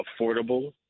affordable